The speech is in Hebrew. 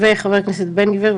חבר הכנסת בן גביר,